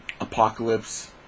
Apocalypse